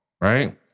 right